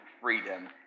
freedom